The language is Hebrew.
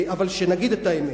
אבל שנגיד את האמת.